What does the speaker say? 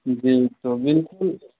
جی تو بالکل